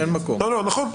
נכון,